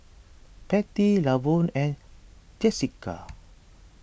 Pattie Lavon and Jessika